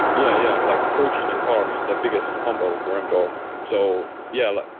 yeah. yeah. like protein and carbs is the biggest combo for mtor. so yeah.